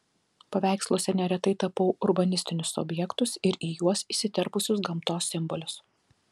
paveiksluose neretai tapau urbanistinius objektus ir į juos įsiterpusius gamtos simbolius